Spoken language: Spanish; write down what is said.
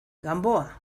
gamboa